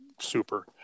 super